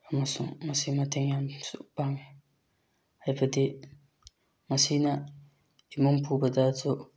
ꯑꯃꯁꯨꯡ ꯃꯁꯤ ꯃꯇꯦꯡ ꯌꯥꯝꯅꯁꯨ ꯄꯥꯡꯏ ꯍꯥꯏꯕꯗꯤ ꯃꯁꯤꯅ ꯏꯃꯨꯡ ꯄꯨꯕꯗꯁꯨ